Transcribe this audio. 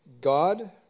God